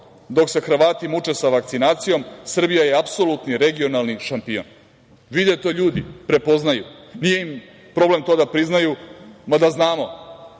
dok se Hrvati muče sa vakcinacijom Srbija je apsolutni regionalni šampion. Zbilja to ljudi prepoznaju. Nije im problem to da priznaju. Mada znamo